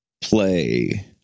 play